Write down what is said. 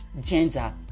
gender